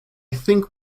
think